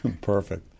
Perfect